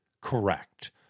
correct